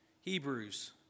Hebrews